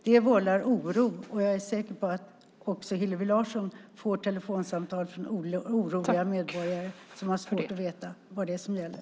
Det vållar oro, och jag är säker på att också Hillevi Larsson får telefonsamtal från oroliga medborgare som har svårt att veta vad det är som gäller.